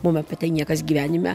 mum apie tai niekas gyvenime